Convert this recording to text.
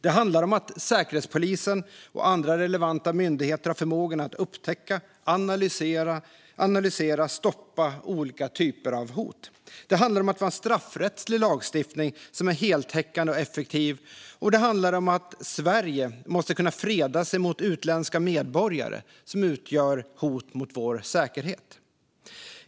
Det handlar om att Säkerhetspolisen och andra relevanta myndigheter har förmåga att upptäcka, analysera och stoppa olika typer av hot. Det handlar om att vi har en straffrättslig lagstiftning som är heltäckande och effektiv, och det handlar om att Sverige måste kunna freda sig mot utländska medborgare som utgör hot mot vår säkerhet.